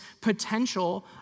potential